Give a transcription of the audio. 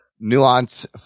nuance